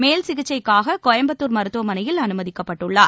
மேல்சிகிச்சைக்காக கோயம்புத்தூர் மருத்துவமனையில் அனுமதிக்கப்பட்டுள்ளார்